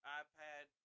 iPad